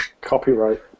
Copyright